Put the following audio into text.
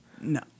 No